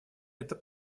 это